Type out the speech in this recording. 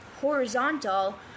horizontal